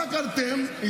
רק אתם,